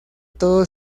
todo